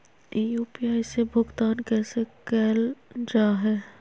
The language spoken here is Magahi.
यू.पी.आई से भुगतान कैसे कैल जहै?